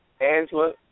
Angela